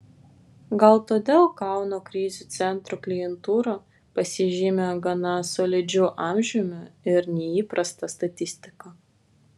gal todėl kauno krizių centro klientūra pasižymi gana solidžiu amžiumi ir neįprasta statistika